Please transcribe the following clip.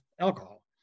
alcohol